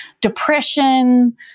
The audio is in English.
depression